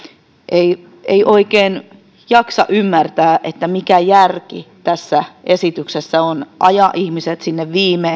ei ei oikein jaksa ymmärtää mikä järki tässä esityksessä on ajaa ihmiset sinne